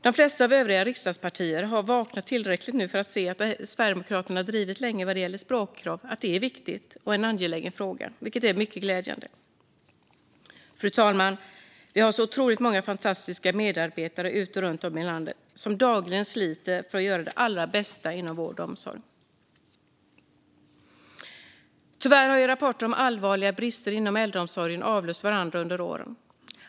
De flesta övriga riksdagspartier har nu vaknat tillräckligt för att se att det som Sverigedemokraterna länge har drivit gällande språkkrav är viktigt och en angelägen fråga, vilket är mycket glädjande. Fru talman! Vi har otroligt många fantastiska medarbetare runt om i landet, som dagligen sliter för att göra sitt allra bästa inom vården och omsorgen. Tyvärr har rapporter om allvarliga brister inom äldreomsorgen avlöst varandra genom åren.